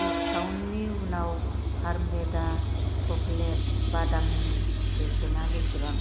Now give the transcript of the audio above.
दिस्काउन्टनि उनाव फार्मवेदा सक्लेट बादामनि बेसेना बेसेबां